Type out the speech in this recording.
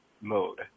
mode